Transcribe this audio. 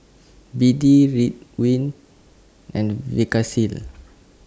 B D Ridwind and Vagisil